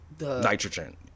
nitrogen